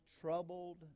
troubled